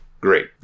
Great